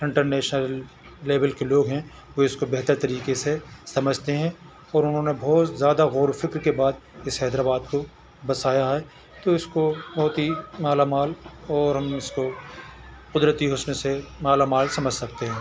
inter national level کے لوگ ہیں وہ اس کو بہتر طریقے سے سمجھتے ہیں اور انہوں نے بہت زیادہ غور و فکر کے بعد اس حیدرآباد کو بسایا ہے تو اس کو بہت ہی مالا مال اور ہم نے اس کو قدرتی اس میں سے مالا مال سمجھ سکتے ہیں